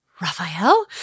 Raphael